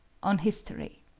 on history.